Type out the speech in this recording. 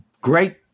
great